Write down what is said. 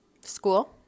School